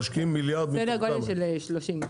סדר גודל של 30 מיליארד,